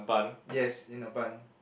yes in a bun